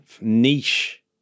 niche